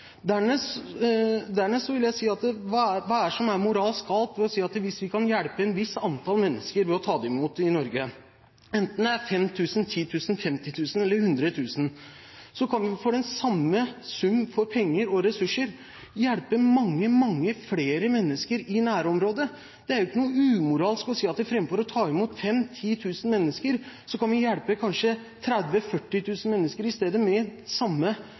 Dernest vil jeg si: Hva er det som er moralsk galt ved å si at hvis man kan hjelpe et visst antall mennesker ved å ta imot dem i Norge – enten det er 5 000, 10 000, 50 000 eller 100 000 – kan man for den samme sum penger og ressurser hjelpe mange, mange flere mennesker i nærområdet? Det er ikke noe umoralsk i å si at framfor å ta imot 5 000–10 000 mennesker, kan vi kanskje i stedet hjelpe 30 000– 40 000 mennesker med samme